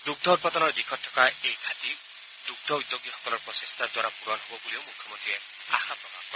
দুগ্ধ উৎপাদনৰ দিশত থকা এই ঘাটি দুগ্ধ উদ্যোগীসকলৰ প্ৰচেষ্টাৰ দ্বাৰা পূৰণ হ'ব বুলিও মুখ্যমন্ত্ৰীয়ে আশা প্ৰকাশ কৰে